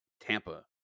Tampa